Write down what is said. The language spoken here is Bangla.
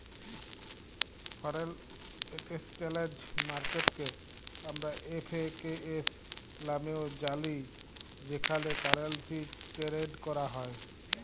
ফ্যরেল একেসচ্যালেজ মার্কেটকে আমরা এফ.এ.কে.এস লামেও জালি যেখালে কারেলসি টেরেড ক্যরা হ্যয়